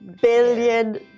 billion